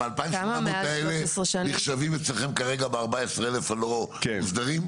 ה-2,824 האלה נחשבים אצלכם כרגע ב-14,000 הלא מוסדרים?